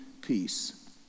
peace